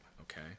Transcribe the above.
okay